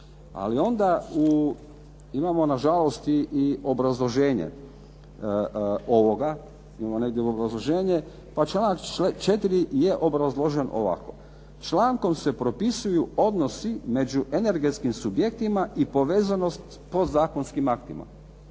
Ali onda imamo nažalost i obrazloženje ovoga. Pa članak 4. je obrazložen ovako. Člankom se propisuju odnosi među energetskim subjektima i povezanost s podzakonskim aktima.